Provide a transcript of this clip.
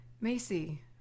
Macy